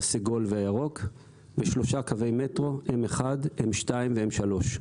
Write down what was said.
הסגול והירוק, ושלושה קווי מטרו: M1, M2 ו-M3.